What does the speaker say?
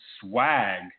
swag